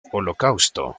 holocausto